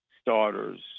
Starters